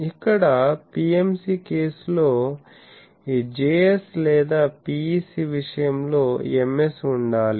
ఇక్కడ PMC కేసులో ఈ Js లేదా PEC విషయంలో Ms ఉండాలి